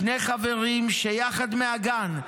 שני חברים שיחד מהגן,